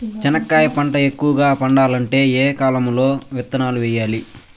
చెనక్కాయ పంట ఎక్కువగా పండాలంటే ఏ కాలము లో విత్తనాలు వేయాలి?